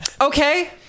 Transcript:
okay